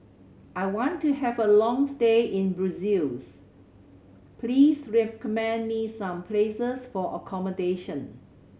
I want to have a long stay in Brussels please recommend me some places for accommodation